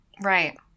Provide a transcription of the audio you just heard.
Right